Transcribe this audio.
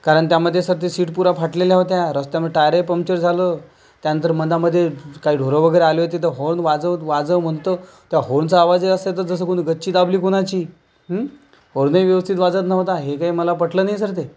कारण त्यामध्ये सर त्या सीट पुऱ्या फाटलेल्या होत्या रस्त्यानं टायरही पंक्चर झालं त्यानंतर मन्नामध्ये काही ढोरं वगैरे आली होती तर हॉन वाजव वाजव म्हणतो तर त्या हॉनचा आवाजही असा की जसं कुणी गच्ची दाबली कुणाची हू हॉर्नही व्यवस्थित वाजत नव्हता हे काही मला पटलं नाही सर ते